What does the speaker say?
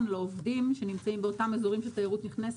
לעובדים שנמצאים באותם אזורים של תיירות נכנסת.